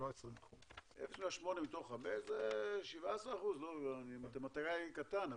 זה לא 20%. 0.8 מתוך 5 זה 17% - אני מתמטיקאי קטן,